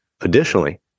Additionally